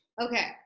Okay